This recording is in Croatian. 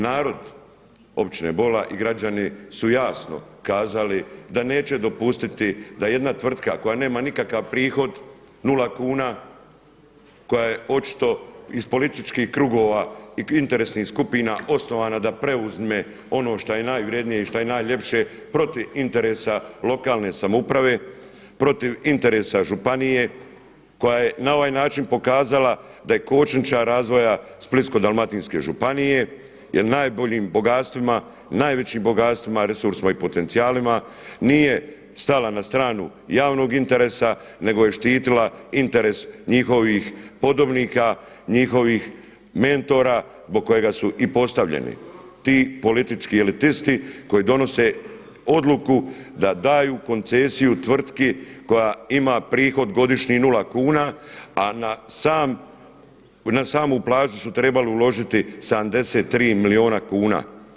Narod općine Bola i građani su jasno kazali da neće dopustiti da jedna tvrtka koja nema nikakav prihod nula kuna, koja je očito iz političkih krugova i interesnih skupina osnovana da preuzme ono što je najvrjednije i šta je najljepše protiv interesa lokalne samouprave, protiv interesa županije koja je na ovaj način pokazala da je kočničar razvoja Splitsko-dalmatinske županije, jer najboljim bogatstvima, najvećim bogatstvima, resursima i potencijalima nije stala na stranu javnog interesa nego je štitila interes njihovih podobnika, njihovih mentora zbog kojega su i postavljeni ti politički elitisti koji donose odluku da daju koncesiju tvrtki koja ima prihod godišnji nula kuna, a na samu plažu su trebali uložiti 73 milijuna kuna.